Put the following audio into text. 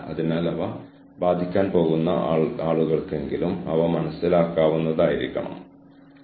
അതിനാൽ ഫ്ലെക്സിബിൾ ടൈമിംഗുകൾക്ക് ഉപയോഗിക്കാവുന്ന 20 പ്രധാന മണിക്കൂർ ജോലി നിങ്ങൾക്ക് ആവശ്യമാണ്